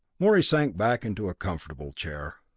morey sank back into a comfortable chair.